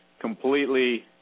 completely